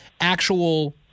actual